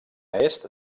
est